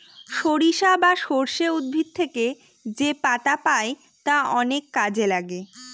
সরিষা বা সর্ষে উদ্ভিদ থেকে যেপাতা পাই তা অনেক কাজে লাগে